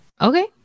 okay